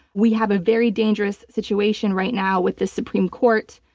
we have a very dangerous situation right now with the supreme court.